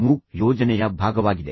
MOOC ಯೋಜನೆಯ ಭಾಗವಾಗಿದೆ